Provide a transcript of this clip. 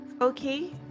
okay